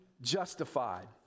justified